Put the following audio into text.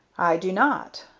i do not.